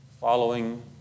following